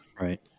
Right